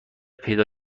پیدا